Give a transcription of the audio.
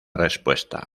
respuesta